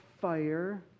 fire